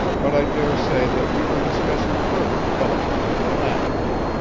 but i dare say that we were discussing further developments of philanthropy,